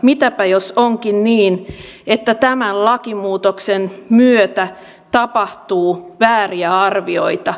mitäpä jos onkin niin että tämän lakimuutoksen myötä tapahtuu vääriä arvioita